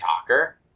talker